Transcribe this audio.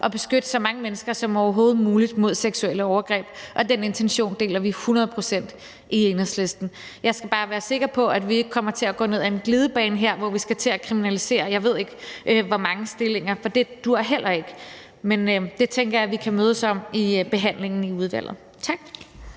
at beskytte så mange mennesker som overhovedet muligt mod seksuelle overgreb. Den intention deler vi hundrede procent i Enhedslisten. Jeg skal bare være sikker på, at vi ikke kommer til at gå ned ad en glidebane, hvor vi skal til at kriminalisere, jeg ved ikke hvor mange stillinger, for det duer heller ikke. Men det tænker jeg at vi kan mødes om i behandlingen i udvalget. Tak.